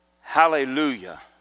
Hallelujah